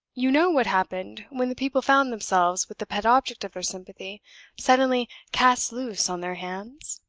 you know what happened when the people found themselves with the pet object of their sympathy suddenly cast loose on their hands?